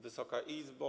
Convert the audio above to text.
Wysoka Izbo!